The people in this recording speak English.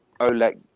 Oleg